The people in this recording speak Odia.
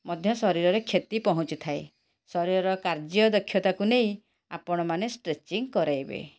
ମଧ୍ୟ ଶରୀରରେ କ୍ଷତି ପହଞ୍ଚିଥାଏ ଶରୀରର କାର୍ଯ୍ୟ ଦକ୍ଷତାକୁ ନେଇ ଆପଣ ମାନେ ଷ୍ଟ୍ରେଚିଙ୍ଗ୍ କରାଇବେ